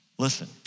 Listen